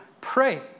pray